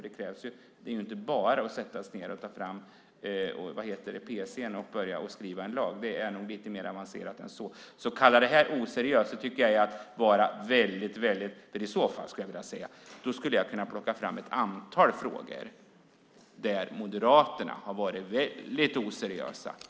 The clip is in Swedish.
Det är inte bara att sätta sig ned med pc:n och börja skriva en lag, utan det är lite mer avancerat än så. Om Tomas Tobé kallar detta oseriöst skulle jag kunna plocka fram ett antal frågor där Moderaterna har varit väldigt oseriösa.